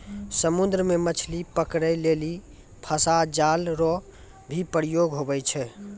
समुद्र मे मछली पकड़ै लेली फसा जाल रो भी प्रयोग हुवै छै